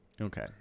Okay